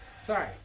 Sorry